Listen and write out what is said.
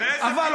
אוסאמה,